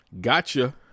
gotcha